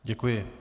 Děkuji.